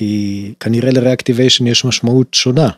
כי כנראה ל-reactivation יש משמעות שונה.